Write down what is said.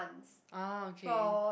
okay